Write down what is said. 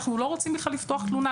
אנחנו לא רוצים בכלל לפתוח תלונה,